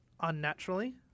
unnaturally